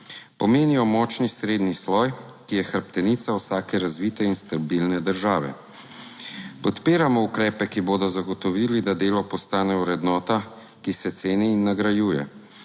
Pomenijo močni srednji sloj, ki je hrbtenica vsake razvite in stabilne države. Podpiramo ukrepe, ki bodo zagotovili, da delo postane vrednota, ki se ceni in nagrajuje.